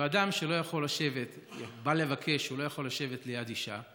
ואם אדם שלא יכול לשבת בא לבקש שהוא לא יכול לשבת ליד אישה,